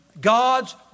God's